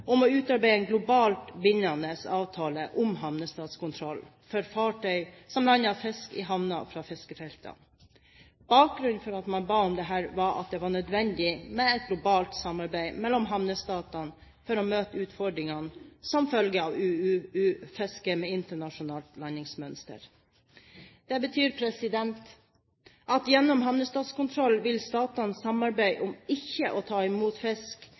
om å utarbeide en global, bindende avtale om havnestatskontroll for fartøy som lander fisk i havner fra fiskefeltene. Bakgrunnen for at man ba om dette, var at det var nødvendig med et globalt samarbeid mellom havnestatene for å møte utfordringene som følge av UUU-fiske med internasjonalt landingsmønster. Det betyr at gjennom havnestatskontroll vil statene samarbeide om ikke å ta imot fisk